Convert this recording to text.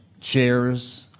chairs